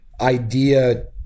idea